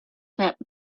that